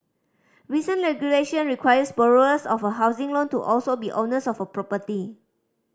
recent regulation requires borrowers of a housing loan to also be owners of a property